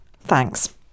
thanks